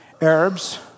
Arabs